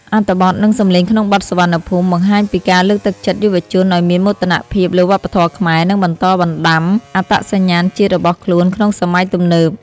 អត្ថបទនិងសម្លេងក្នុងបទ "សុវណ្ណភូមិ" បង្ហាញពីការលើកទឹកចិត្តយុវជនឲ្យមានមោទនភាពលើវប្បធម៌ខ្មែរ និងបន្តបណ្តាំអត្តសញ្ញាណជាតិរបស់ខ្លួនក្នុងសម័យទំនើប។